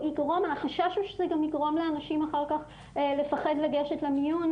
החשש הוא שזה גם יגרום לאנשים אחר כך לפחד לגשת למיון,